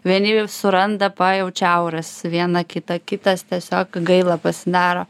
vieni jau suranda pajaučia auras vieną kitą kitas tiesiog gaila pasidaro